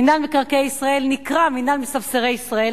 מינהל מקרקעי ישראל נקרא "מינהל מספסרי ישראל",